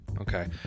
Okay